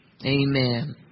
Amen